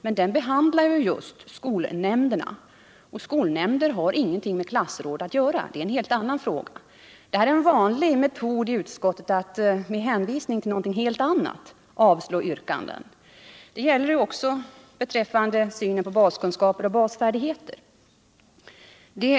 Men den behandlar ju skolnämnderna, och skolnämnder har ingenting med klassråd att göra — det är en helt annan fråga. Det är en vanlig metod att avstyrka förslag med hänvisning till någonting helt annat. Så är det också beträffande synen på baskunskaper och bausfärdigheter.